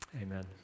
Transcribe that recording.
Amen